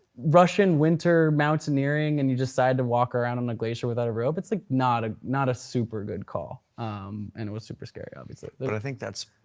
russian winter mountaineering and you decide to walk around on a glacier without a rope. that's like not ah not a super good call and it was super scary obviously. i think that's,